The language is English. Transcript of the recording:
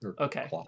okay